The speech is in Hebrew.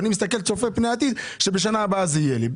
אבל אני צופה פני עתיד שבשנה הבאה זה יהיה לי.